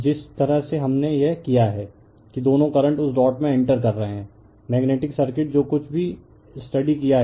जिस तरह से हमने यह किया है कि दोनों करंट उस डॉट में इंटर कर रहे हैं मैग्नेटिक सर्किट जो कुछ भी स्टडी किया है